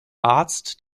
arzt